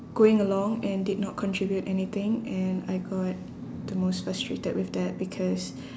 going along and did not contribute anything and I got the most frustrated with that because